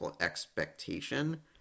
expectation